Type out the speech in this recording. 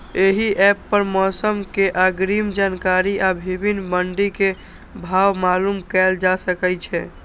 एहि एप पर मौसम के अग्रिम जानकारी आ विभिन्न मंडी के भाव मालूम कैल जा सकै छै